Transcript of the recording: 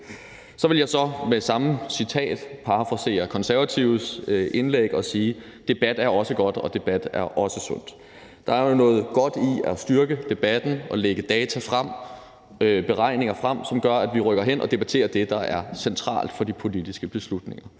Så vil jeg med samme citat parafrasere Konservatives indlæg og sige: Debat er også godt, debat er også sundt. Der er jo noget godt i at styrke debatten og lægge data og beregninger frem, som gør, at vi rykker derhen, hvor vi debatterer det, der er centralt for de politiske beslutninger.